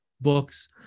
books